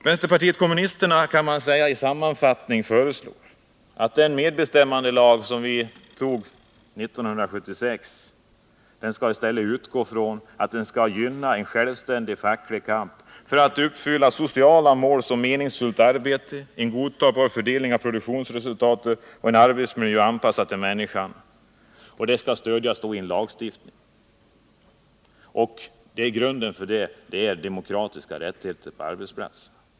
Vänsterpartiet kommunisterna föreslår i stället sammanfattningsvis att den medbestämmandelag som vi antog 1976 skall utgå från att den skall gynna en självständig facklig kamp för att uppfylla sociala mål som ett meningsfullt arbete, en godtagbar fördelning av produktionsresultatet och en arbetsmiljö anpassad till människan. Dessa krav skall således stödjas i en lagstiftning, och grunden för denna skall vara demokratiska rättigheter på arbetsplatsen.